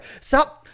Stop